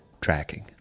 tracking